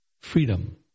freedom